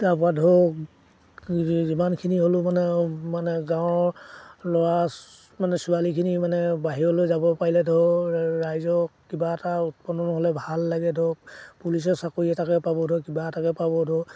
তাৰপৰা ধৰক যিমানখিনি হ'লেও মানে মানে গাঁৱৰ ল'ৰা মানে ছোৱালীখিনি মানে বাহিৰলৈ যাব পাৰিলে ধৰক ৰাইজক কিবা এটা উৎপন্ন হ'লে ভাল লাগে ধৰক পুলিচৰ চাকৰি এটাকে পাব ধৰক কিবা এটাকে পাব ধৰক